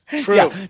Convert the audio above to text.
True